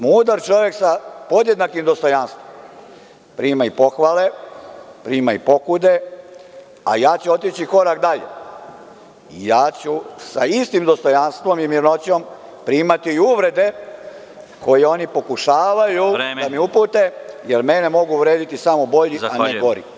Mudar čovek sa podjednakim dostojanstvom prima i pohvale, prima i pokude, a ja ću otići korak dalje, ja ću sa istim dostojanstvom i mirnoćom primati i uvrede koje oni pokušavaju da mi upute, jer mene mogu uvrediti samo bolji, a ne gori.